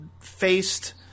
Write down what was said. faced